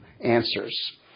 answers